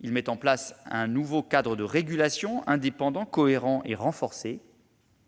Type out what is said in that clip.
Il met en place un nouveau cadre de régulation, indépendant, cohérent et renforcé.